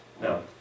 No